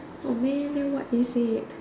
oh man then what is it